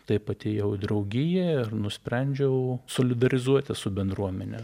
taip atėjau į draugiją ir nusprendžiau solidarizuotis su bendruomene